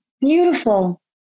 Beautiful